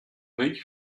brique